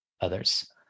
others